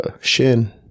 Shin